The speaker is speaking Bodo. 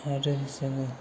आरो जोङो